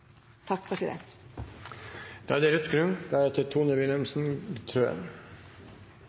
takk, president! Er det